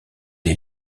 est